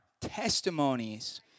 testimonies